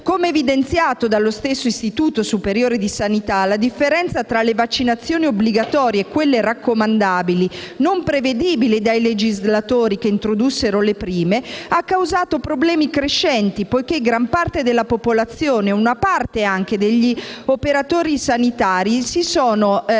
Come evidenziato dallo stesso Istituto superiore di sanità, la differenza tra le vaccinazioni obbligatorie e quelle raccomandabili, non prevedibile dai legislatori che introdussero le prime, ha causato problemi crescenti poiché gran parte della popolazione e anche una parte anche degli operatori sanitari si sono dimostrati